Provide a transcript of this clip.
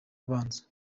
abanza